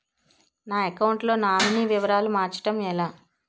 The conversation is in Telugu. నా అకౌంట్ లో నామినీ వివరాలు మార్చటం ఎలా?